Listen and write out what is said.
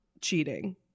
cheating